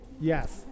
yes